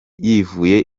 yivuye